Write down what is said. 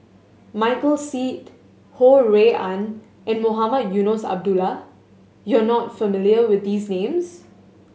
Michael Seet Ho Rui An and Mohamed Eunos Abdullah you are not familiar with these names